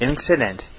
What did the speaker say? incident